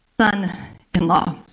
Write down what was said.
son-in-law